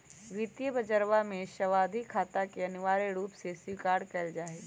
वित्तीय बजरवा में सावधि खाता के अनिवार्य रूप से स्वीकार कइल जाहई